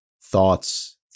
thoughts